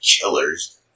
killers